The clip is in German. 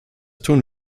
tun